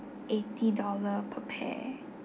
eighty dollar per pair